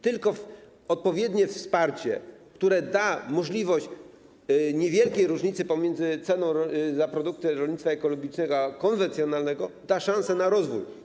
Tylko odpowiednie wsparcie, które da możliwość utrzymania niewielkiej różnicy pomiędzy ceną produktów rolnictwa ekologicznego a konwencjonalnego, da szansę na rozwój.